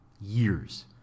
Years